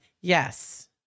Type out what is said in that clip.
yes